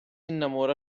innamora